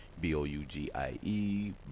B-O-U-G-I-E